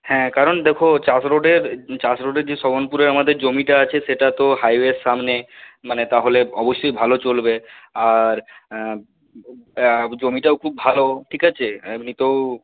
হ্যাঁ কারণ দেখো চাস রোডের চাস রোডের যে সবনপুরে আমাদের জমিটা আছে সেটা তো হাইওয়ের সামনে মানে তাহলে অবশ্যই ভালো চলবে আর জমিটাও খুব ভালো ঠিক আছে এমনিতেও